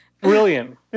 Brilliant